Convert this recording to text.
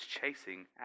chasing